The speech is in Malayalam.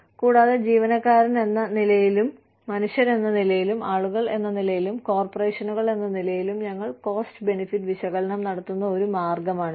കൂടാതെ ജീവനക്കാരെന്ന നിലയിലും മനുഷ്യരെന്ന നിലയിലും ആളുകൾ എന്ന നിലയിലും കോർപ്പറേഷനുകൾ എന്ന നിലയിലും ഞങ്ങൾ കോസ്റ്റ് ബെനിഫിറ്റ് വിശകലനം നടത്തുന്ന ഒരു മാർഗമാണിത്